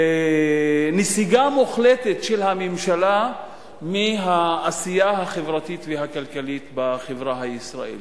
נסיגה מוחלטת של הממשלה מהעשייה החברתית והכלכלית בחברה הישראלית,